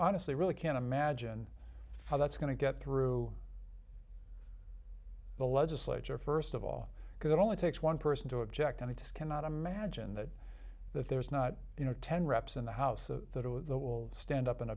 honestly really can't imagine how that's going to get through the legislature first of all because it only takes one person to object and i just cannot imagine that there's not you know ten reps in the house of the will stand up an